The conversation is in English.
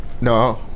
No